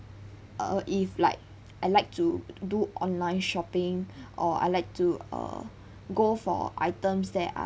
uh if like I like to do online shopping or I like to uh go for items that are